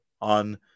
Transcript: on